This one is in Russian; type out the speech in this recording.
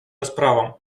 расправам